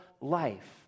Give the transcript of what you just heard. life